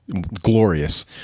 glorious